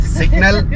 signal